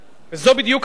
וזו בדיוק הסיבה,